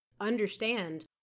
understand